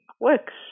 works